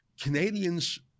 Canadians